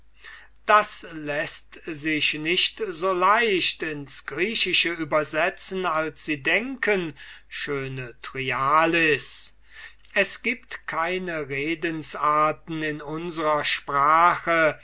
das läßt sich nicht so leicht ins griechische übersetzen als sie denken schöne thryallis es gibt keine redensarten in unsrer sprache